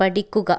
പഠിക്കുക